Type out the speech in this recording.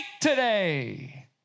today